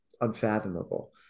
unfathomable